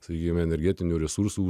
sakykime energetinių resursų